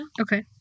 okay